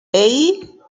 hey